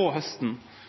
på høsten.